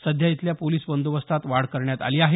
सध्या इथल्या पोलीस बंदोबस्तात वाढ करण्यात आली आहे